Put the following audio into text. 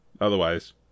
otherwise